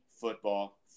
Football